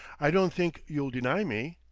i don't think you'll deny me?